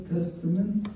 Testament